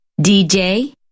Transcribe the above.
DJ